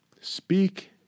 speak